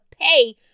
pay